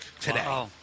today